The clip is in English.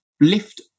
lift